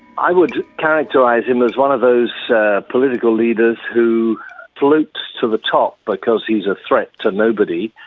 i would characterise him as one of those political leaders who float to the top because he's a threat to nobody.